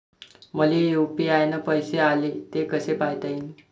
मले यू.पी.आय न पैसे आले, ते कसे पायता येईन?